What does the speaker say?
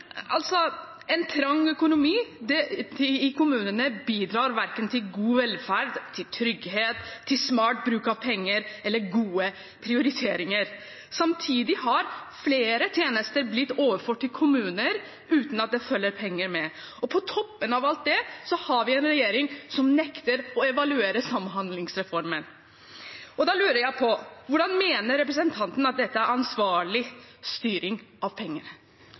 en trang økonomi i kommunene bidrar verken til god velferd, trygghet, smart bruk av penger eller gode prioriteringer. Samtidig har flere tjenester blitt overført til kommunene uten at det følger penger med, og på toppen av alt det har vi en regjering som nekter å evaluere samhandlingsreformen. Da lurer jeg på: Hvordan mener representanten at dette er ansvarlig styring av